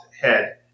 head